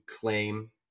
claim